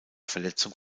verletzung